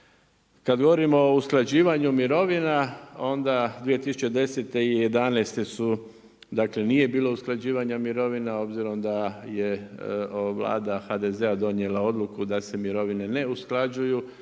Kada govorimo o usklađivanju mirovina onda 2010.i 2011. dakle nije bilo usklađivanja mirovine, a obzirom da je vlada HDZ-a donijela odluku da se mirovine ne usklađuju